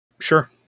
Sure